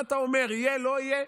מה אתה אומר, יהיה או לא יהיה?